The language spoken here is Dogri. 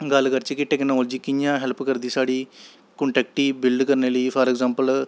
गल्ल करचै कि टैकनालोजी कि'यां हैल्प करदी साढ़ी कंटैक्ट गी बिल्ड करने लेई फार अग्जैंपल